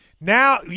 Now